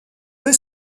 peu